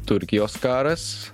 turkijos karas